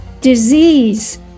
disease